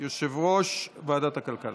יושב-ראש ועדת הכלכלה.